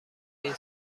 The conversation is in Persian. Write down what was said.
این